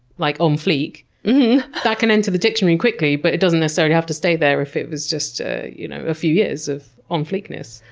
like, on um fleek that can enter the dictionary quickly, but it doesn't necessarily have to stay there if it was just a you know ah few years of on fleekness.